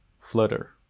Flutter